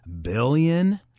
billion